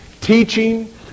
teaching